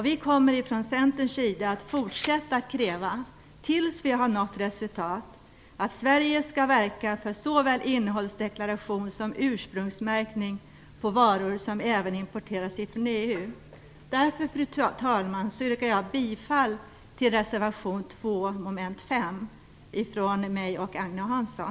Vi i Centern kommer att fortsätta att kräva att Sverige skall verka för såväl innehållsdeklaration som ursprungsmärkning även på varor som importeras från EU. Vi kommer att kräva detta tills vi har nått resultat. Fru talman! Därför yrkar jag bifall till reservation